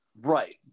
Right